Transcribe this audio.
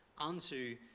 unto